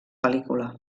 pel·lícula